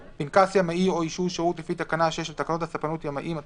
(15)פנקס ימאי או אישור שירות לפי תקנה 6 לתקנות הספנות (ימאים),